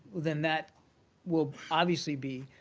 then that will obviously be